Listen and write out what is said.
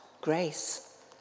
grace